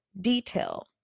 detail